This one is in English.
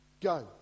go